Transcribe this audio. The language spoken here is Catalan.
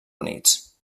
units